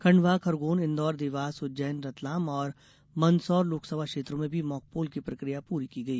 खंडवा खरगोन इंदौर देवास उज्जैन रतलाम और मंदसौर लोकसभा क्षेत्रों में भी मॉकपोल की प्रक्रिया पूरी की गई